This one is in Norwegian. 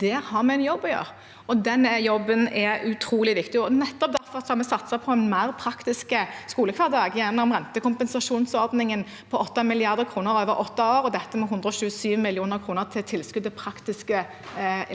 Der har vi en jobb å gjøre, og den jobben er utrolig viktig. Nettopp derfor har vi satset på en mer praktisk skolehverdag gjennom rentekompensasjonsordningen, med 8 mrd. kr over åtte år, og med 127 mill. kr i tilskudd til praktiske